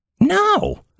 no